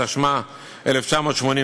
התשמ"ה 1985,